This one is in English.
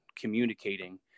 communicating